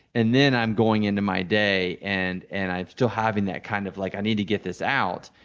and then i'm going into my day, and and i'm still having that kind of like, i need to get this out,